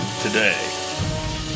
today